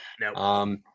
No